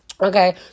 Okay